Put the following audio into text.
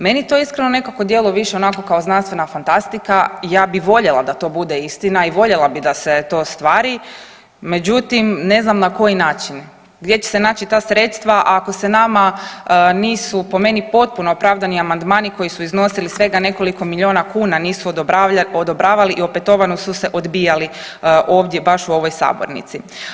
Meni to iskreno nekako djeluje više onako kao znanstvena fantastika, ja bih voljela da to bude istina i voljela bih da se to ostvari, međutim ne znam na koji način, gdje će se naći ta sredstva ako se nama nisu po meni potpuno opravdani amandmani koji su iznosili svega nekoliko milijuna kuna nisu odobravali i opetovano su se odbijali ovdje baš u ovoj sabornici?